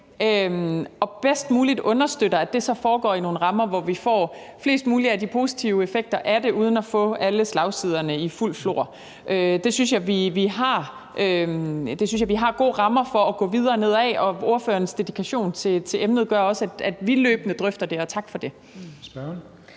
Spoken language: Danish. og bedst muligt understøtter, at det så foregår i nogle rammer, hvor vi får flest mulige af de positive effekter af det uden at få alle slagsiderne i fuld flor, synes jeg vi har gode rammer for at gå videre ned ad. Og spørgerens dedikation til emnet gør også, at vi løbende drøfter det her, og tak for det.